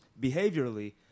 behaviorally